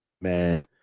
man